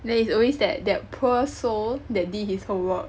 then it's always that that poor soul that did his homework